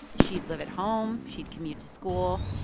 she'd live at home. she'd commute to school.